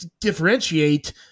differentiate